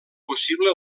possible